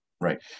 right